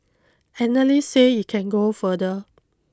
analysts say it can go further